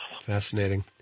fascinating